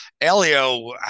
Elio